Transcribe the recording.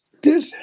good